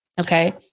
Okay